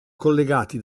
collegati